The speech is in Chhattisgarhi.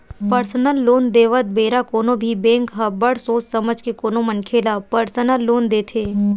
परसनल लोन देवत बेरा कोनो भी बेंक ह बड़ सोच समझ के कोनो मनखे ल परसनल लोन देथे